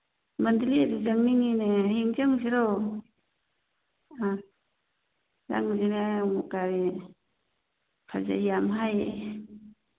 ꯃꯦꯟꯗꯂꯦꯗꯨ ꯆꯪꯅꯤꯡꯏꯅꯦ ꯍꯌꯦꯡ ꯆꯪꯉꯨꯁꯤꯔꯣ ꯑ ꯆꯪꯉꯨꯁꯤꯅꯦ ꯀꯔꯤ ꯐꯖꯩ ꯌꯥꯝ ꯍꯥꯏꯌꯦ